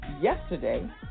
yesterday